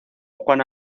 juana